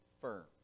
firm